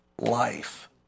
life